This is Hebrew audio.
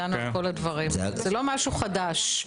זה לא משהו חדש.